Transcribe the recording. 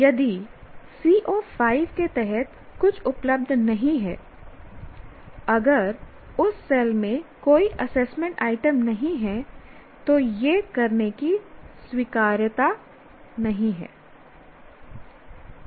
यदि CO 5 के तहत कुछ उपलब्ध नहीं है अगर उस सेल में कोई असेसमेंट आइटम नहीं हैं तो यह करने का स्वीकार्य तरीका नहीं है